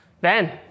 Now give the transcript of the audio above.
Ben